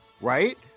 right